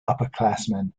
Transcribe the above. upperclassmen